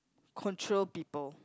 control people